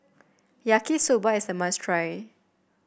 Yaki Soba is a must try